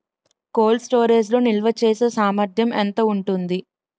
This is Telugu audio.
కోల్డ్ స్టోరేజ్ లో నిల్వచేసేసామర్థ్యం ఎంత ఉంటుంది?